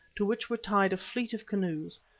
to which were tied a fleet of canoes,